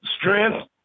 Strength